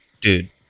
dude